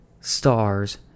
stars